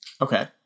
Okay